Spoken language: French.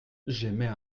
j’émets